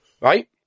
Right